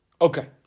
Okay